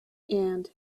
and